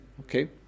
Okay